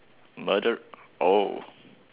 murder oh